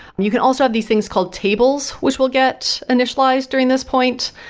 and you can also have these things called tables which will get initialized during this point.